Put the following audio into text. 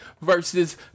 versus